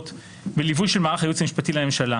בליווי של מערך הייעוץ המשפטי לממשלה,